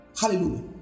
Hallelujah